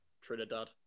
Trinidad